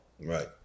Right